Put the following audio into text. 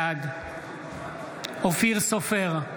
בעד אופיר סופר,